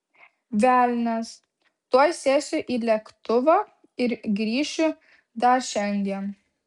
velnias tuoj sėsiu į lėktuvą ir grįšiu dar šiandien